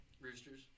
Roosters